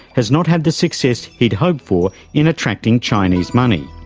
has not had the success he'd hoped for in attracting chinese money.